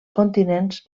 continents